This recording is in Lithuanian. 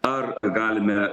ar galime